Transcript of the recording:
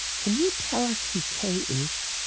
can you tell us who k is?